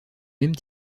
mêmes